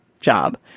Job